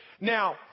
Now